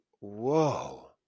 Whoa